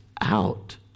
out